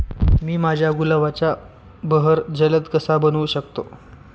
मी माझ्या गुलाबाचा बहर जलद कसा बनवू शकतो?